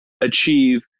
achieve